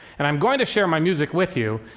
and i'm going to share my music with you,